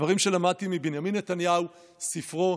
דברים שלמדתי מבנימין נתניהו מספרו.